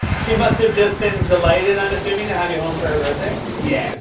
she must have just been delighted, i'm assuming, to have you home for her birthday. yeah. it was